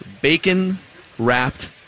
bacon-wrapped